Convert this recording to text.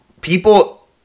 people